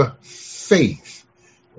faith